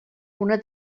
una